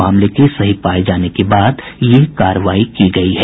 मामले के सही पाये जाने के बाद यह कार्रवाई की गयी है